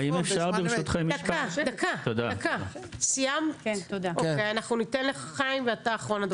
חיים שיבי, אחרון הדוברים.